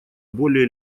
более